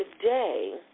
Today